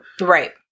Right